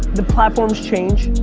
the platforms change.